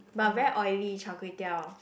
but very oily Char-Kway-Teow